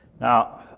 Now